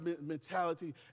mentality